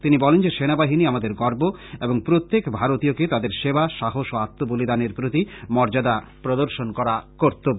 তিনি বলেন যে সেনা বাহিনী আমাদের গর্ব এবং প্রত্যেক ভারতীয়কে তাদের সেবা সাহস ও আত্ম বলিদানের প্রতি মর্য্যাদা প্রদর্শন করা কর্তব্য